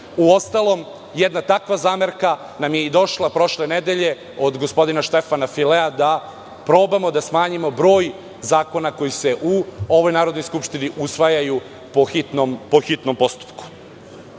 Uostalom, jedna takva zamerka nam je i došla prošle nedelje od gospodina Štefana Filea, da probamo da smanjimo broj zakona koji se u ovoj Narodnoj skupštini usvajaju po hitnom postupku. Od